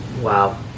Wow